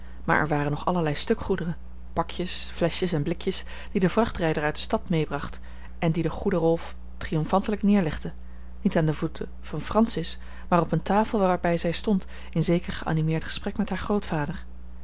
maar er waren nog allerlei stukgoederen pakjes fleschjes en blikjes die de vrachtrijder uit de stad meebracht en die de goede rolf triomfantelijk neerlegde niet aan de voeten van francis maar op een tafel waarbij zij stond in zeker geanimeerd gesprek met haar grootvader